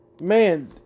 man